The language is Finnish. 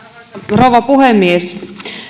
rouva puhemies